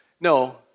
No